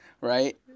right